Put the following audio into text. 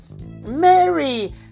Mary